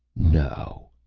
no!